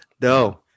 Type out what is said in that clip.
No